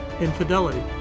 infidelity